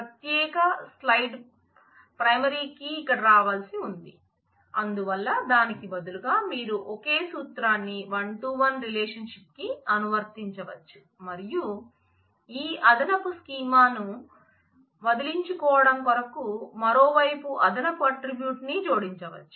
ప్రత్యేక side primary key relationship కి అనువర్తించవచ్చు మరియు ఈ అదనపు స్కీమాను వదిలించుకోవడం కొరకు మరో వైపు అదనపు ఆట్రిబ్యూట్ ని జోడించవచ్చు